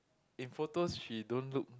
in photos she don't look